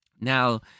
Now